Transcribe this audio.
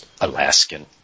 Alaskan